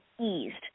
eased